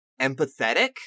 empathetic